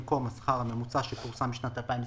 במקום השכר הממוצע האחרון שפורסם בשנת 2021."